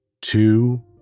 two